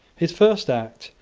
his first act,